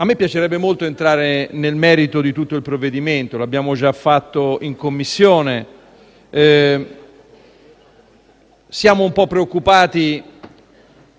Mi piacerebbe molto entrare nel merito dell'intero provvedimento; lo abbiamo già fatto in Commissione. Siamo un po' preoccupati,